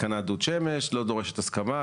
התקנת דוד שמש לא דורשת הסכמה,